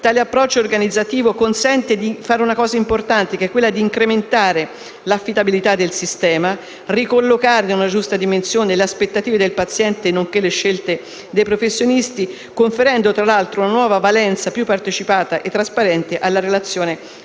ne è una conseguenza, consente di fare una cosa importante: incrementare l'affidabilità del sistema e ricollocare in una giusta dimensione le aspettative del paziente, nonché le scelte dei professionisti, conferendo tra l'altro una nuova valenza, più partecipata e trasparente, alla relazione medico-paziente.